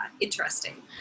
interesting